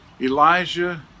Elijah